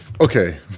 okay